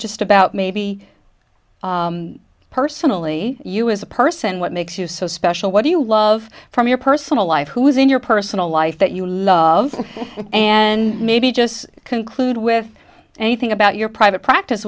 just about maybe personally you as a person what makes you so special what do you love from your personal life who is in your personal life that you love and maybe just conclude with anything about your private practice